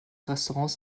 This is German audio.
restaurants